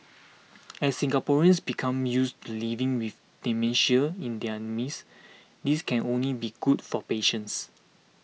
as Singaporeans become used to living with dementia in their midst this can only be good for patients